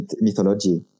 mythology